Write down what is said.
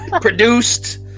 Produced